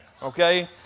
Okay